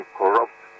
corrupt